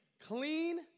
clean